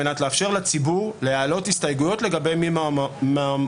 על מנת לאפשר לציבור להעלות הסתייגויות לגבי מי מהמועמדים.